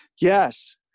Yes